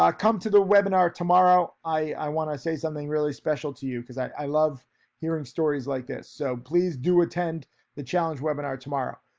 come to the webinar tomorrow. i wanna say something really special to you, cause i love hearing stories like this. so please do attend the challenge webinar tomorrow.